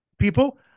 people